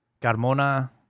Carmona